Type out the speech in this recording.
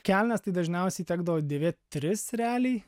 kelnes tai dažniausiai tekdavo dėvėt tris realiai